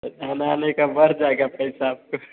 जाना आने बढ़ जाएगा पैसा आपको